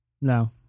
No